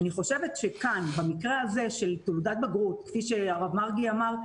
אני חושבת שכאן במקרה זה של תעודת בגרות כפי שאמר הרב מרגי,